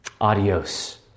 adios